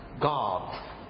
God